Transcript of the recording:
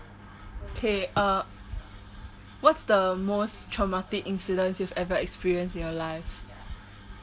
k uh what's the most traumatic incidents you've ever experienced in your life